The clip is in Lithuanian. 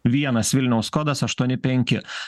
vienas vilniaus kodas aštuoni penki